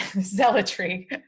zealotry